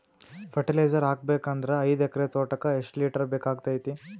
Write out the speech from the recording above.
Fertiliser ಹಾಕಬೇಕು ಅಂದ್ರ ಐದು ಎಕರೆ ತೋಟಕ ಎಷ್ಟ ಲೀಟರ್ ಬೇಕಾಗತೈತಿ?